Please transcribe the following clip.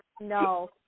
No